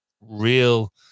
real